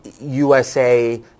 USA